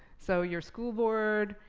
so your school board,